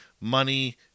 money